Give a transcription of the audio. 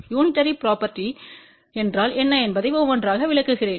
unitary property என்றால் என்ன என்பதை ஒவ்வொன்றாக விளக்குகிறேன்